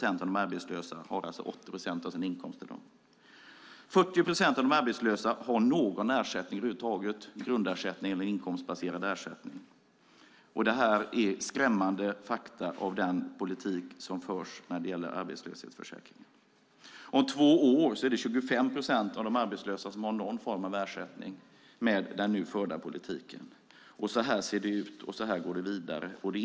Endast 40 procent av de arbetslösa har någon ersättning över huvud taget, grundersättning eller inkomstbaserad ersättning. Det är skrämmande fakta i den politik som förs vad gäller arbetslöshetsförsäkringen. Om två år är det 25 procent av de arbetslösa som har någon form av ersättning med den nu förda politiken. Så här ser det ut och så här går det vidare.